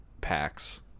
packs